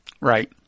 Right